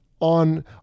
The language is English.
on